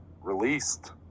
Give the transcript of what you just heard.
released